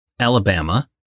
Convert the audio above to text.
Alabama